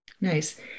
Nice